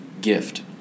gift